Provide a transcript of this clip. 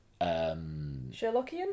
Sherlockian